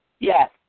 Yes